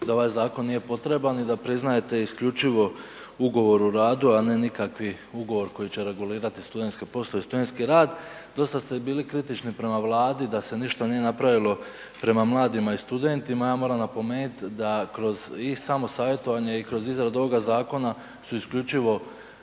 da ovaj zakon nije potreban i da priznajete isključivo ugovor o radu, a ne nikakvi ugovor koji će regulirati studentske poslove i studentski rad. Dosta ste bili kritični prema Vladi da se ništa nije napravilo prema mladima i studentima, a ja moram napomenuti da kroz i samo savjetovanje i kroz izradu ovog zakona su isključivo